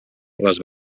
les